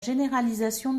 généralisation